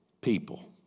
people